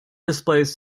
displays